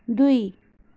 दुई